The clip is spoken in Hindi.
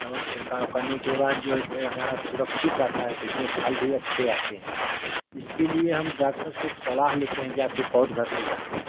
दवा छिड़काव करने के बाद पेड़ हमारा सुरक्षित रहता है तो उसमें फल भी अच्छे आते है इसके लिए हम डॉक्टर से सलाह लेते है जा के पौध घर पे जाके